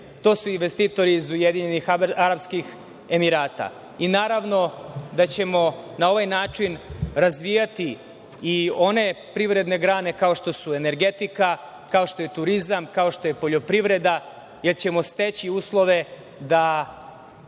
to su investitori i Ujedinjenih Arapskih Emirata. I naravno da ćemo na ovaj način razvijati i one privredne grane, kao što su energetika, kao što je turizam, kao što je poljoprivreda, jer ćemo steći uslove da,